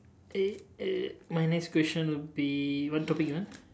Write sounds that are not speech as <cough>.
<noise> my next question would be what topic ah